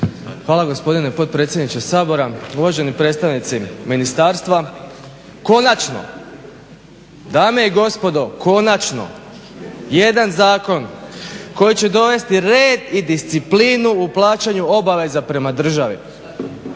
Hvala gospodine potpredsjedniče Sabora. Uvaženi predstavnici ministarstva. Konačno, dame i gospodo konačno jedan zakon koji će dovesti red i disciplinu u plaćanju obaveza prema državi.